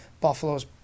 Buffalo's